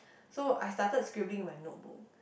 so I started scribbling on my notebook